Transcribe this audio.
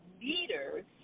leaders